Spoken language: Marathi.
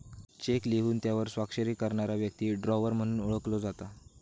चेक लिहून त्यावर स्वाक्षरी करणारा व्यक्ती ड्रॉवर म्हणून ओळखलो जाता